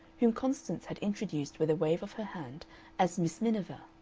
whom constance had introduced with a wave of her hand as miss miniver.